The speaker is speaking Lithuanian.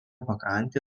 pakrantė